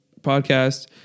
podcast